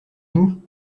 nous